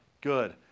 Good